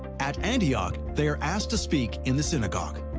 at antioch, they are asked to speak in the synagogue.